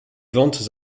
ventes